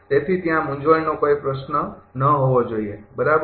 તેથી ત્યાં મૂંઝવણનો કોઈ પ્રશ્ન ન હોવો જોઈએ બરાબર